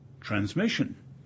transmission